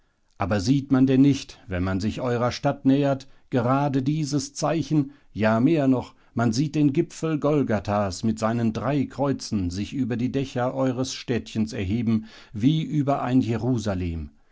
aber sieht man denn nicht wenn man sich eurer stadt nähert gerade dieses zeichen ja mehr noch man sieht den gipfel golgathas mit seinen drei kreuzen sich über die dächer eures städtchens erheben wie über ein jerusalem